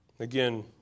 Again